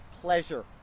pleasure